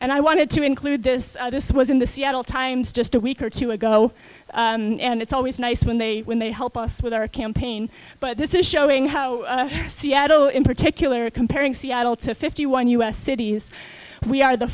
and i wanted to include this this was in the seattle times just a week or two ago and it's always nice when they when they help us with our campaign but this is showing how seattle in particular comparing seattle to fifty one u s cities we are the